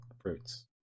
fruits